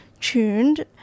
tuned